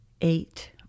eight